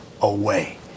away